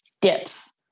dips